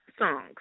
songs